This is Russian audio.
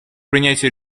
принятию